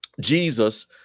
Jesus